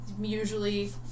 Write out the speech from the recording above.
usually